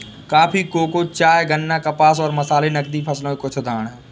coffee, cocoa, चाय, गन्ना, कपास और मसाले नकदी फसल के कुछ उदाहरण हैं